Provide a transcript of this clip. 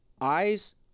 eyes